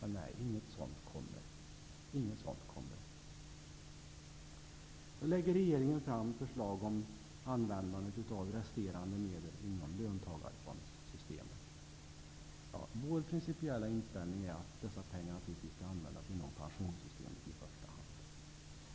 Nej, inget sådant kommer. Regeringen lägger fram förslag om användandet av resterande medel inom löntagarfondssystemet. Vår principiella inställning är att dessa pengar naturligtvis skall användas inom pensionssystemet i första hand.